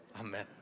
amen